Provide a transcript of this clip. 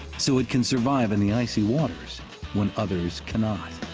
so it can survive in the icy waters when others cannot.